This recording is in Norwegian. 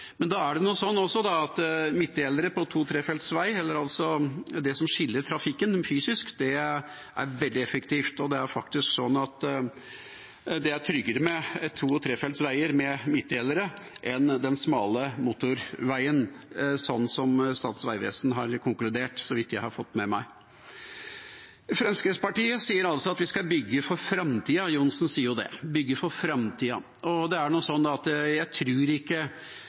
Men da er det slik at midtdelere på to-/trefelts vei, eller det som skiller trafikken fysisk, er veldig effektivt. Det er faktisk slik at det er tryggere med to- og trefelts veier med midtdelere enn med den smale motorveien, har Statens vegvesen konkludert med, så vidt jeg har fått med meg. Fremskrittspartiet sier at vi skal bygge for framtida. Representanten Johnsen sier det: bygge for framtida. Jeg tror ikke representanten Johnsen får med seg så mange unge velgere som er